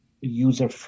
user